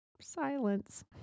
Silence